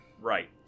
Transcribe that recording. Right